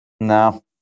No